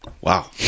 wow